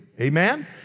Amen